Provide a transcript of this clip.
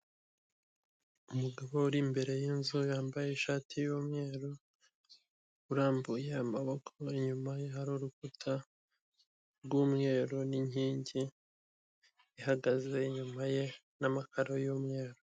Umugabo uri imbere y'inzu, yambaye ishati y'umweru, urambuye amaboko, inyuma ye hari urukuta rw'umweru, n'inkingi ihagaze inyuma ye, n'amakaro y'umweru.